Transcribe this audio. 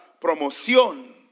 promoción